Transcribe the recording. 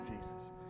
Jesus